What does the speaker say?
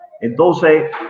Entonces